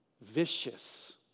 vicious